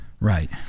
right